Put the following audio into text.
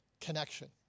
connection